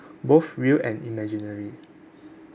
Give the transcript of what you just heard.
both real and imaginary